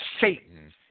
Satan